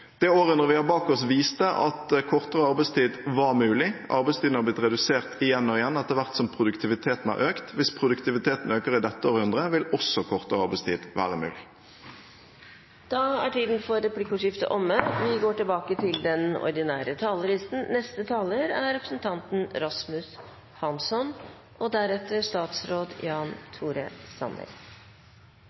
Det århundret vi har bak oss, viser at kortere arbeidstid var mulig – arbeidstiden har blitt redusert igjen og igjen etter hvert som produktiviteten har økt. Hvis produktiviteten øker i dette århundret, vil også kortere arbeidstid være mulig. Replikkordskiftet er omme. Alle talere i denne debatten har påpekt at Norge er på vei mot store endringer. Dette er endringer som ikke blir billige, og